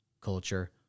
culture